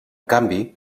canvi